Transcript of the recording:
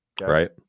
Right